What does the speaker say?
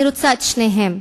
אני רוצה את שניהם.